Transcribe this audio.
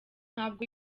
ntabwo